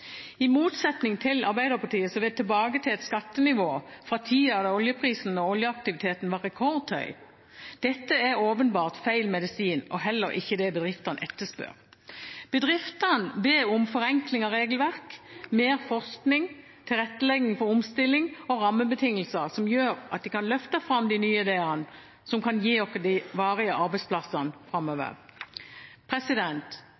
i motsetning til Arbeiderpartiet som vil tilbake til et skattenivå fra tida da oljeprisen og oljeaktiviteten var rekordhøy. Dette er åpenbart feil medisin og heller ikke det bedriftene etterspør. Bedriftene ber om forenkling av regelverk, mer forskning, tilrettelegging for omstilling og rammebetingelser som gjør at de kan løfte fram de nye ideene som kan gi oss de varige arbeidsplassene framover.